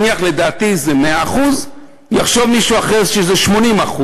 לדעתי, זה 100%. יחשוב מישהו אחר שזה 80%,